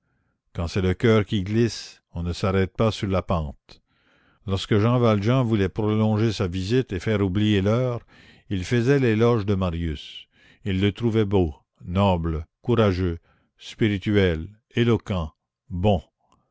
quand c'est le coeur qui glisse on ne s'arrête pas sur la pente lorsque jean valjean voulait prolonger sa visite et faire oublier l'heure il faisait l'éloge de marius il le trouvait beau noble courageux spirituel éloquent bon